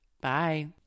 Bye